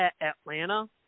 Atlanta